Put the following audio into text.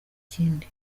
kindi